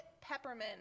peppermint